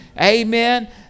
amen